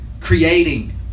Creating